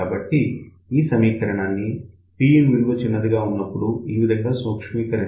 కాబట్టి ఈ సమీకరణాన్ని Pin విలువ చిన్నదిగా ఉన్నప్పుడు ఈ విధంగా సూక్ష్మీకరించవచ్చు